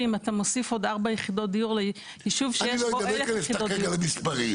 לא באתי ואמרתי לא לתת,